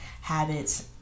habits